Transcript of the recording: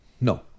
No